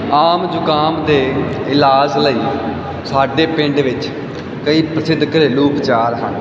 ਆਮ ਜੁਕਾਮ ਦੇ ਇਲਾਜ ਲਈ ਸਾਡੇ ਪਿੰਡ ਵਿੱਚ ਕਈ ਪ੍ਰਸਿੱਧ ਘਰੇਲੂ ਉਪਚਾਰ ਹਨ